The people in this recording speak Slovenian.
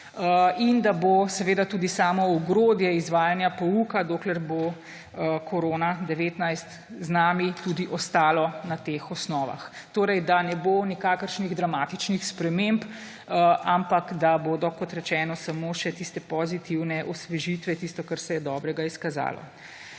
in da bo seveda tudi samo ogrodje izvajanja pouka, dokler bo korona 19 z nami, tudi ostalo na teh osnovah. Torej, da ne bo nikakršnih dramatičnih sprememb, ampak da bodo, kot rečeno, samo še tiste pozitivne osvežitve, tisto, kar se je dobrega izkazalo.